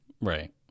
Right